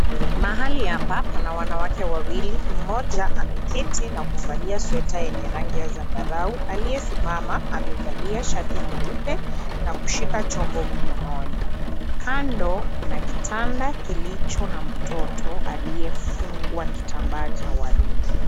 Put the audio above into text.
Mahali hapa kuna wanawake wawili mmoja ameketi na kuvalia sweta yenye tangi ya zambarau, aliyesimama amevalia shati nyeupe na kushika chombo mkononi, kando kuna kitanda kilicho na mtot aliyefungwa kitambaa cha waridi.